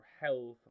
health